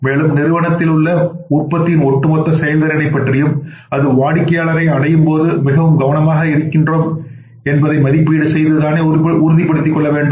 மேலும் நிறுவனத்திலுள்ள உற்பத்தியின் ஒட்டுமொத்த செயல்திறனைப் பற்றியும் அது வாடிக்கையாளரை அடையும் போதும் மிகவும் கவனமாக இருக்கிறோம் என்பதை மதிப்பீடு செய்து தானே உறுதிப்படுத்திக் கொள்ள வேண்டும்